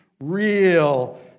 real